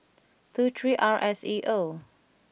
two three R S E O